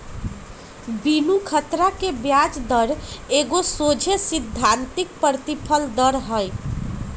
बिनु खतरा के ब्याज दर एगो सोझे सिद्धांतिक प्रतिफल दर हइ